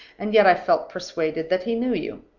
and yet i felt persuaded that he knew you.